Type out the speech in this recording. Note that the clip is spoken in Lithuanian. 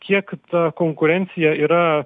kiek ta konkurencija yra